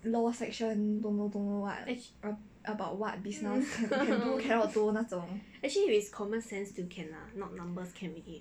law section don't know don't know what ab~ about what business can do cannot do 那种